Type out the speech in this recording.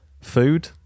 Food